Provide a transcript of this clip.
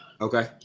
okay